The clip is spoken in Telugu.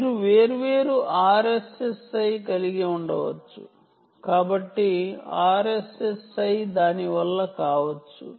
మీరు వేర్వేరు RSSI కలిగి ఉండవచ్చు కాబట్టి దాని వల్ల కావచ్చు